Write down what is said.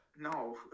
No